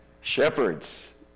Shepherds